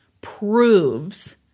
proves